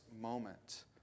moment